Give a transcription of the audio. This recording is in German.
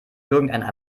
irgendeiner